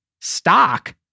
stock